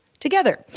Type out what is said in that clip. together